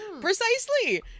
Precisely